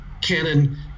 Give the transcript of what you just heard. Canon